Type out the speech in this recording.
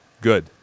Good